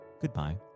goodbye